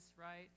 right